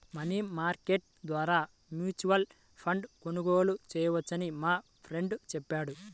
money market ద్వారా mutual ఫండ్ను కొనుగోలు చేయవచ్చని మా ఫ్రెండు చెప్పాడు